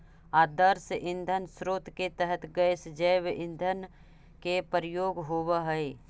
आदर्श ईंधन स्रोत के तरह गैस जैव ईंधन के प्रयोग होवऽ हई